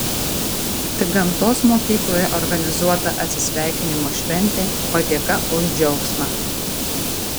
tik gamtos mokykloje organizuota atsisveikinimo šventė padėka už džiaugsmą